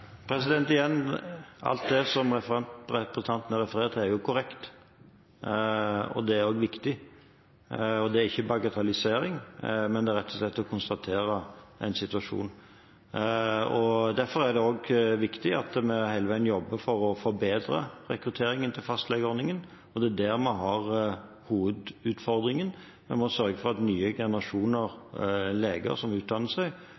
forbetrast? Igjen: Alt det som representanten refererer til, er korrekt. Det er også viktig. Og det er ikke bagatellisering, det er rett og slett å konstatere en situasjon. Derfor er det også viktig at vi hele tiden jobber for å forbedre rekrutteringen til fastlegeordningen – det er der vi har hovedutfordringen. Vi må sørge for at nye generasjoner leger som utdanner seg,